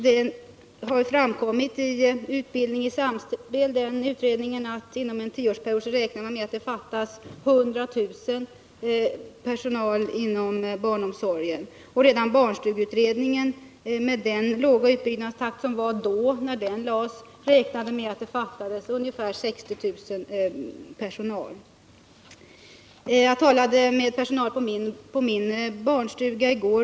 Det har framkommit i utredningen Utbildning i samspel att det inom en tioårsperiod torde komma att fattas 100 000 anställda inom barnomsorgen. Och redan barnstugeutredningen räknade, trots den låga utbyggnadstakt som gällde när dess betänkande lades fram, med att det fattades ungefär 60 000 anställda. Jag talade med några anställda på min barnstuga i går.